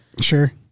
Sure